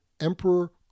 Emperor